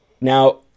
Now